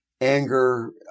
anger